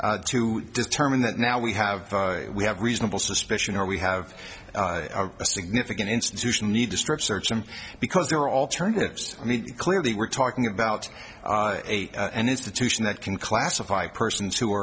point to determine that now we have we have reasonable suspicion or we have a significant institutional need to strip search him because there are alternatives and he clearly we're talking about eight and institution that can classify persons who